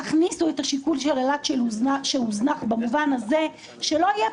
תכניסו את השיקול של אילת שהוזנח במובן הזה שלא יהיה